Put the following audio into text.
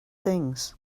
things